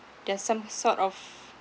there's some sort of